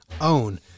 own